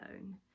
own